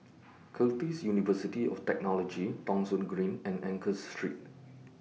Curtin University of Technology Thong Soon Green and Angus Street